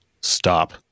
Stop